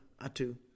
Atu